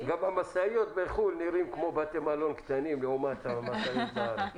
גם המשאיות בחו"ל נראות כמו בתי מלון קטנים לעומת המשאיות בארץ.